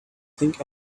think